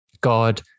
God